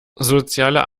soziale